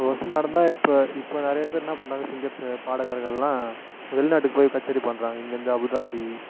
இப்போது ஒரு ஷோ நடந்தால் இப்போது இப்போது நிறையா பேரு என்னா பண்ணுறாங்க சிங்கர்ஸ்ஸு பாடகர்கள்லாம் வெளிநாட்டுக்கு போய் கச்சேரி பண்ணுறாங்க இங்கேருந்து அபுதாபி